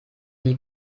die